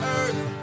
earth